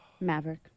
Maverick